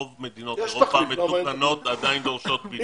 רוב מדינות אירופה המתוקנות עדיין דורשות בידוד.